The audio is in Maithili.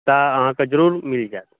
तऽ अहाँके जरूर मिल जायत